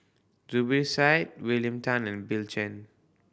Zubir Said William Tan and Bill Chen